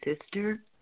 sister